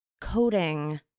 coding